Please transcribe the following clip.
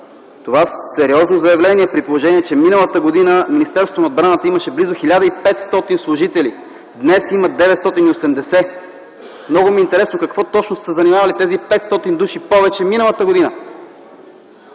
Това е сериозно заявление, при положение че миналата година Министерството на отбраната имаше близо 1500 служители – днес има 980. Много ми е интересно: с какво точно са се занимавали тези 500 души повече миналата година?